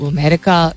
America